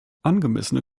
angemessene